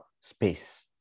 space